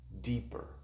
deeper